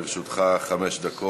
לרשותך חמש דקות.